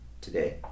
today